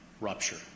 rupture